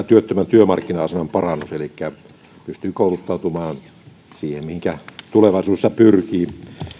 työttömän työmarkkina aseman parannus elikkä pystyisi kouluttautumaan niihin töihin mihinkä tulevaisuudessa pyrkii